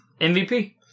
MVP